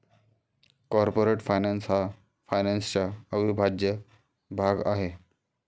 corporate finance हा फायनान्सचा अविभाज्य भाग आहे